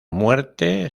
muerte